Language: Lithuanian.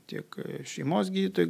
tiek šeimos gydytojai